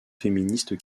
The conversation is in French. féministe